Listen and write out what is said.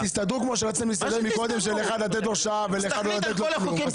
תסתדרו כמו שרציתם להסתדר קודם לאחד לתת שעה ולאחד לא לתת כלום.